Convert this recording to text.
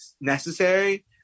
necessary